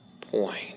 point